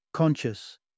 Conscious